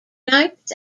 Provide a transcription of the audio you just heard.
nights